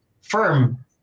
firm